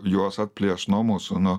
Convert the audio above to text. juos atplėšt nuo mūsų nuo